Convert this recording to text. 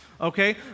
Okay